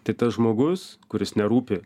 tai tas žmogus kuris nerūpi